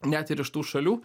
net ir iš tų šalių